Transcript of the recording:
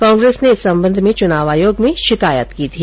कांग्रेस ने इस संबंध में चुनाव आयोग में शिकायत की थी